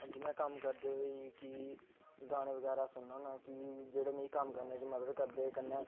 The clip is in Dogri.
हंजी में कम्म करदे होई गाने बगैरा सुनना होंना कि जहडे में कम्म करने मदद करदे कन्ने